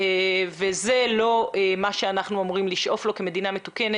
וזה לא מה שאנחנו אמורים לשאוף לו כמדינה מתוקנת,